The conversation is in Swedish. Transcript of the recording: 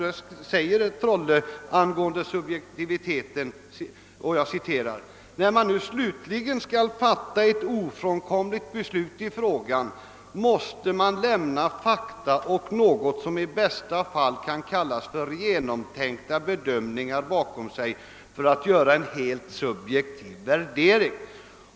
Där säger af Trolle beträffande subjektiviteten: »När man nu slutligen skall fatta ett ofrånkomligt beslut i frågan, måste man lämna fakta och något som i bästa fall kan kallas för genomtänkta bedömningar bakom sig för att göra en helt subjektiv värdering.